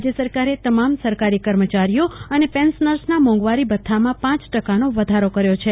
રાજ્ય સરકારે તમામ સરકારી કર્મચારીઓ અને પેન્શનર્સના મોંઘવારી ભથ્થામાં પાંચ ટકાનો વધારો કર્યો છે